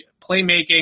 playmaking